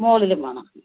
മുകളിലും വേണം